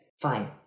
fine